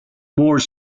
more